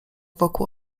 wokół